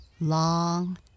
long